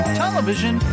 television